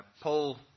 Paul